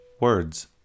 words